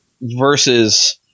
versus